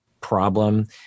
problem